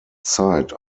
zeit